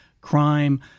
crime